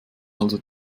also